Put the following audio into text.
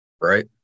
Right